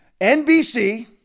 NBC